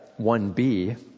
1B